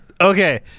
Okay